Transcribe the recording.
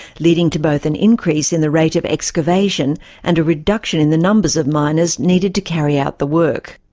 leading to both an increase in the rate of excavation and a reduction in the numbers of miners needed to carry out the work.